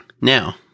now